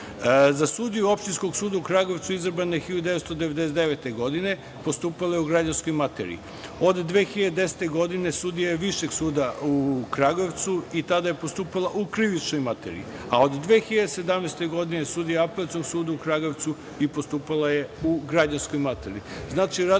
sudiju Opštinskog suda u Kragujevcu, izabrana je 1999. godine, postupala je u građanskoj materiji. Od 2010. godine, sudija je Višeg suda u Kragujevcu, i tada je postupala u krivičnoj materiji, a od 2017. godine, sudija Apelacionog suda u Kragujevcu, i postupala je u građanskoj materiji. Znači,